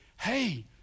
Hey